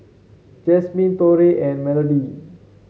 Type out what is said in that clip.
Jasmine Torey and Melodee